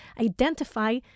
identify